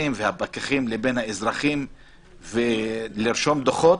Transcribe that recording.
והפקחים לבין האזרחים כשנרשמים הדוחות.